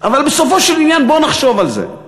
אבל בסופו של עניין, בוא נחשוב על זה.